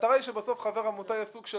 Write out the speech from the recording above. המטרה היא שבסוף חבר עמותה יהיה סוג של